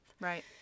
right